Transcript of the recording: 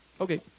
Okay